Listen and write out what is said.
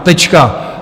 Tečka.